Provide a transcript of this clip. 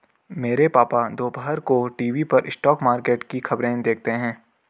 मेरे पापा दोपहर को टीवी पर स्टॉक मार्केट की खबरें देखते हैं